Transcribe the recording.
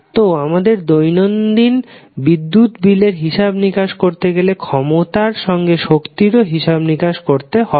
তো আমাদের দৈনন্দিন বিদ্যুৎ বিলের হিসাব নিকাশ করতে গেলে ক্ষমতার সঙ্গে শক্তিরও হিসাব নিকাশ করতে হবে